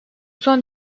son